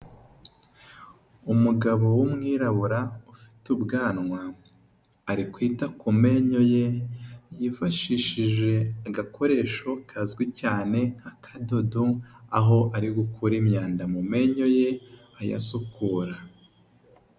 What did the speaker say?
Umugabo w'umwirabura ufite ubwanwa ari kwita ku menyo ye yifashishije agakoresho kazwi cyane akadodo, aho ari gukura imyanda mu menyo ye ayasukura.